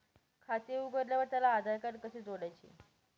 खाते उघडल्यावर त्याला आधारकार्ड कसे जोडायचे?